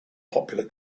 popular